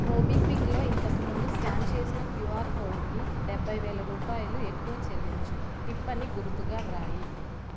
మోబిక్విక్లో ఇంతకు ముందు స్క్యాన్ చేసిన క్యూఆర్ కోడ్కి డెబ్భైవేల రూపాయలు ఎక్కువ చెల్లించు టిప్ అని గుర్తుగా వ్రాయి